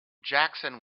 jackson